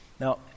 Now